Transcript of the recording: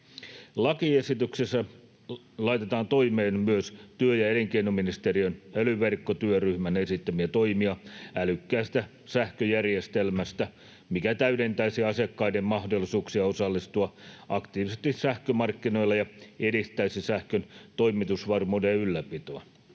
Lakiesityksessä laitetaan toimeen myös työ- ja elinkeinoministeriön älyverkkotyöryhmän esittämiä toimia älykkäästä sähköjärjestelmästä, mikä täydentäisi asiakkaiden mahdollisuuksia osallistua aktiivisesti sähkömarkkinoille ja edistäisi sähkön toimitusvarmuuden ylläpitoa.